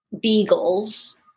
beagles